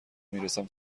میرسم